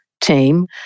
team